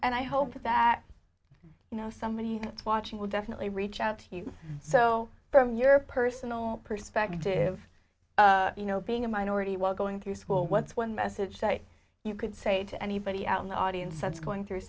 and i hope that you know somebody watching will definitely reach out to you so from your personal perspective you know being a minority while going through school what's one message that you could say to anybody out in the audience that's going through